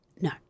No